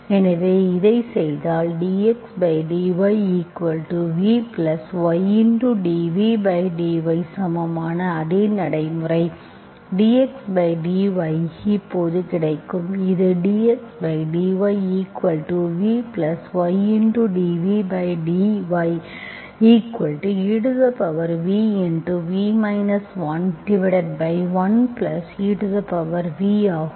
எனவே இதைச் செய்தால் dxdyv ydvdy சமமான அதே நடைமுறை dxdy இப்போது கிடைக்கும் இது dxdyv ydvdyev v 11ev ஆகும்